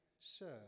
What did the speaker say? Sir